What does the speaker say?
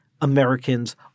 Americans